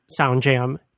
SoundJam